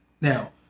Now